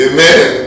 Amen